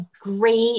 great